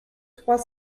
trois